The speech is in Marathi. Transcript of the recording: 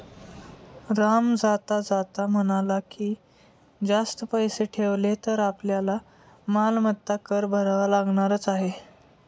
राम जाता जाता म्हणाला की, जास्त पैसे ठेवले तर आपल्याला मालमत्ता कर भरावा लागणारच आहे